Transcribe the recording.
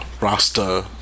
Rasta